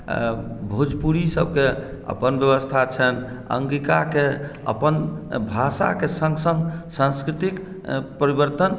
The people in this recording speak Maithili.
भोजपुरी सभकेँ अपन व्यवस्था छनि अङ्गिकाकेँ अपन भाषाके सङ्ग सङ्ग संस्कृतिक परिवर्तन